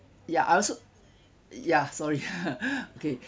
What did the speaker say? ya I also ya sorry okay